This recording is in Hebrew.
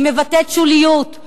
היא מבטאת שוליות,